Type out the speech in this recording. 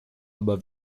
aber